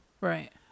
Right